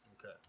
Okay